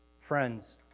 friends